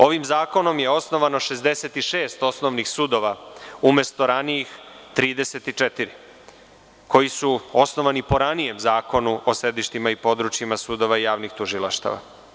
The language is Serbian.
Ovim zakonom je osnovano 66 osnovnih sudova, umesto ranijih 34, koji su osnovani po ranijem Zakonu o sedištima i područjima sudova i javnih tužilaštava.